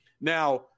Now